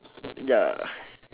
ya